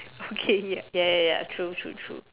okay ya ya ya ya true true true